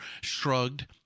shrugged